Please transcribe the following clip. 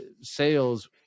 sales